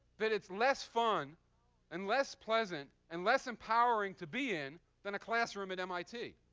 but it's less fun and less pleasant and less empowering to be in than a classroom at mit.